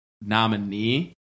nominee